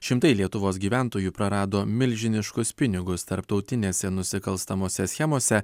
šimtai lietuvos gyventojų prarado milžiniškus pinigus tarptautinėse nusikalstamose schemose